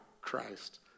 Christ